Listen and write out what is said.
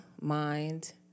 mind